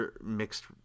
mixed